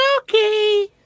Okay